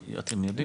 את יודעת?